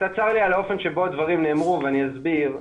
קצת צר לי על האופן שבו הדברים נאמרו ואני אסביר.